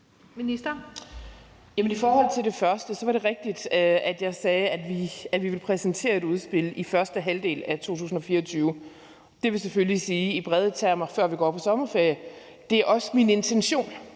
I forhold til det første var det rigtigt, at jeg sagde, at vi ville præsentere et udspil i første halvdel af 2024. Det vil selvfølgelig i brede termer sige, før vi går på sommerferie. Det er også min intention